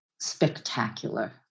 Spectacular